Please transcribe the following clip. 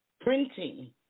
printing